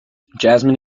jasmine